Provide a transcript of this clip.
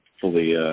fully